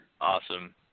awesome